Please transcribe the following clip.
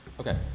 Okay